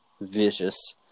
vicious